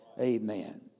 Amen